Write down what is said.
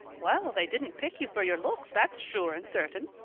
well, they didn't pick you for your looks, that's sure and certain,